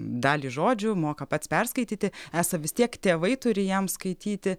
dalį žodžių moka pats perskaityti esą vis tiek tėvai turi jam skaityti